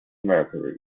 mercury